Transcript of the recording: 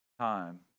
Time